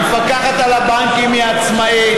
המפקחת על הבנקים היא עצמאית,